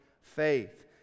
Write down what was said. faith